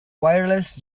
wireless